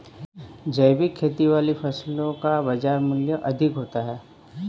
जैविक खेती वाली फसलों का बाज़ार मूल्य अधिक होता है